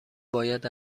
باید